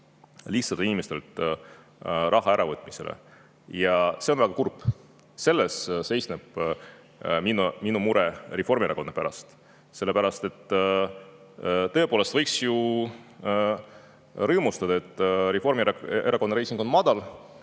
lihtsatelt inimestelt raha äravõtmisele. Ja see on väga kurb. Selles seisneb minu mure Reformierakonna pärast. Tõepoolest võiks ju rõõmustada, et Reformierakonna reiting on madal,